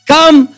Come